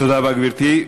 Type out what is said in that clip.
תודה רבה, גברתי.